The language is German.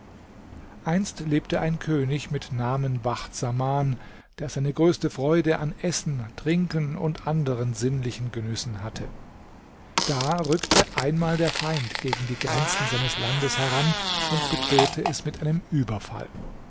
einst lebte ein könig mit namen bacht saman der seine größte freude an essen trinken und anderen sinnlichen genüssen hatte da rückte einmal der feind gegen die grenzen seines landes heran und bedrohte es mit einem überfall